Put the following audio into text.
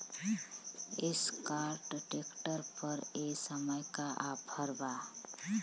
Escort tractor पर ए समय का ऑफ़र बा?